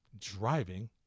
driving